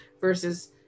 versus